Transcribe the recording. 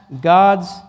God's